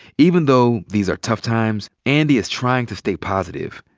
even though these are tough times, andy is trying to stay positive.